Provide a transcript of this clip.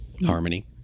Harmony